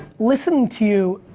listening to you,